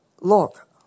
look